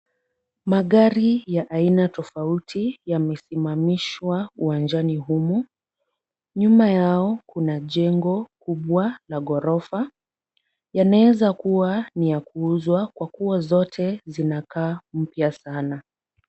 Magari ya aina tofauti yamesimamishwa uwanjani humu. Nyuma yao kuna jengo kubwa la ghorofa yanawezakuwa ni ya kuuzwa kwa kuwa zote zinakaa mpya sana.